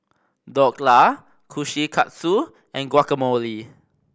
Dhokla Kushikatsu and Guacamole